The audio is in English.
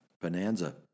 Bonanza